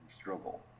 struggle